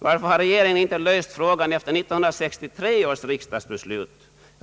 Varför har regeringen inte löst frågan enligt 1963 års riksdags beslut?